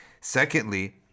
Secondly